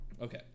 Okay